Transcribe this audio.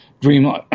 Dream